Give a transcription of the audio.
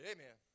Amen